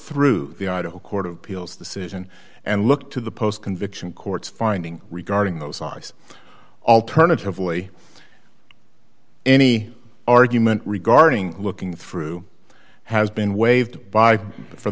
through the idaho court of appeals decision and look to the post conviction court's finding regarding those laws alternatively any argument regarding looking through has been waived by for